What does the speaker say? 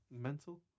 Mental